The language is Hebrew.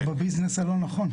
אנחנו בביזנס הלא נכון.